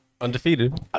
undefeated